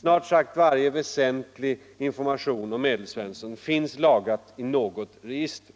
Snart sagt varje väsentlig information om ”Medelsvensson” finns lagrad i något register.